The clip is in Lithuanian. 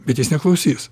bet jis neklausys